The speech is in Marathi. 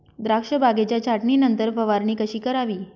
द्राक्ष बागेच्या छाटणीनंतर फवारणी कशी करावी?